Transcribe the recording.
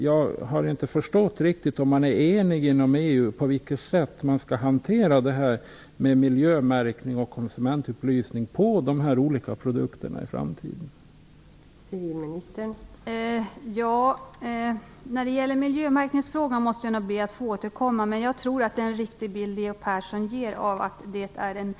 Jag har inte riktigt förstått om man inom EU är enig om på vilket sätt miljömärkning och konsumentupplysning skall hanteras i framtiden när det gäller de här olika produkterna.